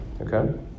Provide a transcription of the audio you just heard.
okay